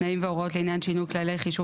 31א. (17) "(31א) תנאים והוראות לעניין שינוי כללי חישוב